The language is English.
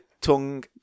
tongue